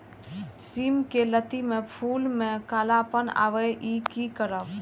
सिम के लत्ती में फुल में कालापन आवे इ कि करब?